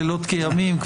לילות כימים,